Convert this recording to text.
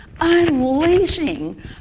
unleashing